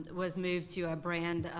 was moved to a brand,